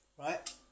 Right